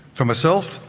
for myself,